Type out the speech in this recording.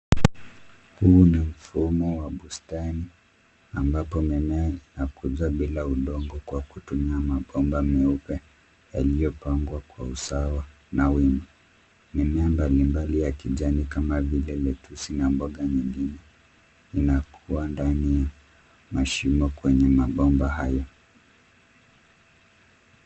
Huu ni mfumo wa bustani ambapo mimea inakuzwa bila kutumia udongo kwa kutumia mabomba meupe yaliyopangwa kwa usawa na wima. Mimea mbalimbali ya kijani kama vile lettuce na mboga nyingine inakua ndani ya mashimo kwenye mabomba hayo.